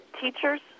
teachers